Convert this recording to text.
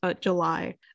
july